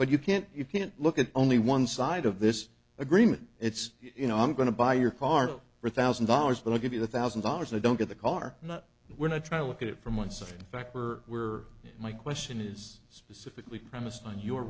but you can't you can't look at only one side of this agreement it's you know i'm going to buy your car for a thousand dollars but i'll give you the thousand dollars i don't get the car not when i try to look at it from one side factor where my question is specifically premised on your